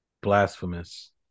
Blasphemous